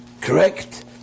correct